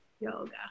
Yoga